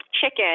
chicken